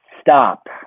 Stop